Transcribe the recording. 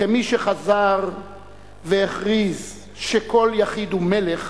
כמי שחזר והכריז ש"כל יחיד הוא מלך",